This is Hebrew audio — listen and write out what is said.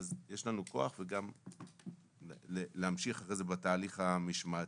אז יש לנו כוח גם להמשיך אחרי זה בתהליך המשמעתי.